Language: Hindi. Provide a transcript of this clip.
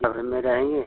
नफे में रहेंगे